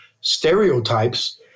stereotypes